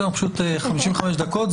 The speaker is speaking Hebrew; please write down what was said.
יש לנו פשוט 55 דקות.